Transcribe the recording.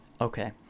Okay